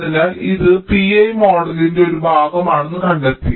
അതിനാൽ ഇത് Pi മോഡലിന്റെ ഒരു ഭാഗമാണെന്ന് കണ്ടെത്തി